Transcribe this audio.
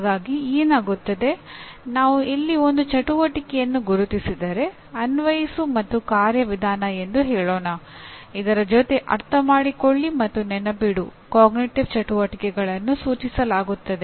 ಹಾಗಾಗಿ ಏನಾಗುತ್ತದೆ ನಾನು ಇಲ್ಲಿ ಒಂದು ಚಟುವಟಿಕೆಯನ್ನು ಗುರುತಿಸಿದರೆ ಅನ್ವಯಿಸು ಮತ್ತು ಕಾರ್ಯವಿಧಾನ ಎಂದು ಹೇಳೋಣ ಇದರ ಜೊತೆ ಅರ್ಥಮಾಡಿಕೊಳ್ಳಿ ಮತ್ತು ನೆನಪಿಡು ಅರಿವಿನ ಚಟುವಟಿಕೆಗಳನ್ನು ಸೂಚಿಸಲಾಗುತ್ತದೆ